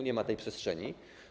Nie ma tej przestrzeni.